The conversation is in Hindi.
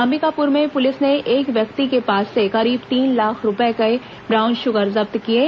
अंबिकापुर में पुलिस ने एक व्यक्ति के पास से करीब तीन लाख रूपये का ब्राउन शुगर जब्त किया है